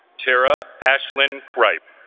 tara ashlynn cripe